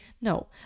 No